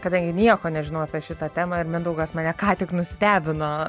kadangi nieko nežinojau apie šitą temą ir mindaugas mane ką tik nustebino